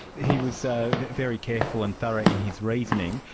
he was ah very careful and thorough in his reasoning,